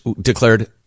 declared